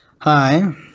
hi